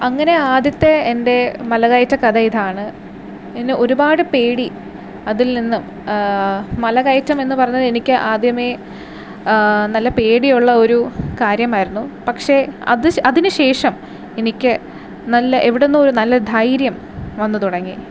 അങ്ങനെ ആദ്യത്തെ എൻ്റെ മലകയറ്റ കഥ ഇതാണ് പിന്നെ ഒരുപാട് പേടി അതിൽ നിന്നും മലകയറ്റമെന്ന് പറയുന്നത് എനിക്ക് ആദ്യമേ നല്ല പേടിയുള്ള ഒരു കാര്യമായിരുന്നു പക്ഷേ അത് അതിനു ശേഷം എനിക്ക് നല്ല എവിടെ നിന്നോ ഒരു നല്ല ധൈര്യം വന്നു തുടങ്ങി